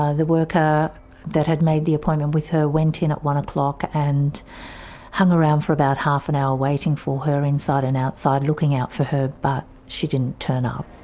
ah the worker that had made the appointment with her went in at one o'clock and hung around for about half an hour waiting for her, inside and outside, looking out for her, but she didn't turn up.